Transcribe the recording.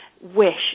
wish